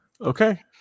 okay